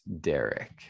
Derek